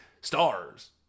stars